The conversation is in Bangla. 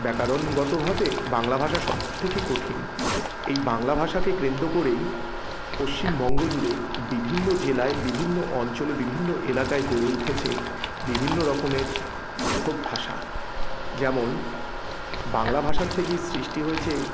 ব্যাকরণগতভাবে বাংলা ভাষা সবথেকে কঠিন এই বাংলা ভাষাকে কেন্দ্র করেই পশ্চিমবঙ্গ জুড়ে বিভিন্ন জেলায় বিভিন্ন অঞ্চলে বিভিন্ন এলাকায় গড়ে উঠেছে বিভিন্ন রকমের পৃথক ভাষা যেমন বাংলা ভাষার থেকেই সৃষ্টি হয়েছে